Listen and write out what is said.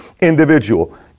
individual